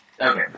Okay